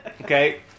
Okay